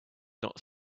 not